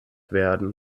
werden